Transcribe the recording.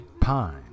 Pine